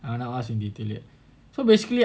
I haven't ask in detail yet so basically